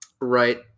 Right